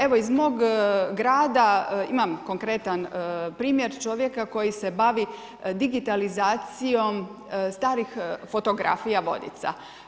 Evo, iz mog grada, imam konkretan primjer čovjeka koji se bavi digitalizacijom starih fotografija Vodica.